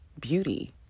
beauty